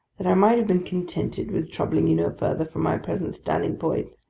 that i might have been contented with troubling you no further from my present standing-point,